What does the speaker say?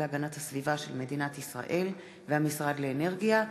להגנת הסביבה של מדינת ישראל למשרד לאנרגיה,